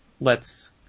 lets